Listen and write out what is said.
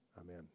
Amen